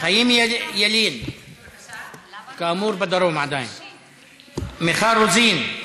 חיים ילין, כאמור, עדיין בדרום, מיכל רוזין,